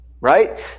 Right